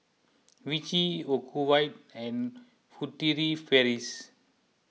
Vichy Ocuvite and Furtere Paris